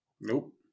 Nope